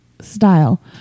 style